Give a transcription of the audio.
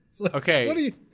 Okay